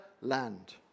land